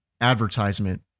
advertisement